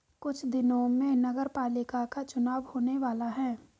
कुछ दिनों में नगरपालिका का चुनाव होने वाला है